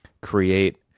create